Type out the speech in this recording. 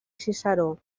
ciceró